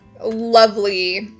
lovely